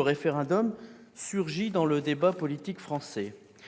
référendum d'initiative citoyenne, le RIC, surgit dans le débat politique français.